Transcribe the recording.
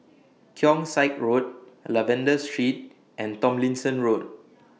Keong Saik Road Lavender Street and Tomlinson Road